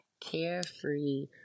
carefree